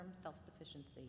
self-sufficiency